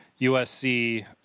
USC